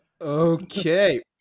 Okay